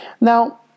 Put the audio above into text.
Now